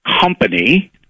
company